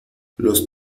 los